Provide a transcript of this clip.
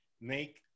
make